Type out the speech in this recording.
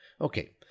Okay